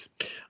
yes